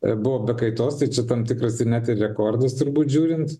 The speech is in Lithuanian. buvo be kaitos tai čia tam tikras ir net ir rekordas turbūt žiūrint